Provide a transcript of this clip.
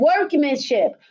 workmanship